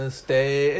stay